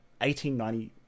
1890